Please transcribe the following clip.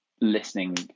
listening